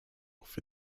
for